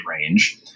range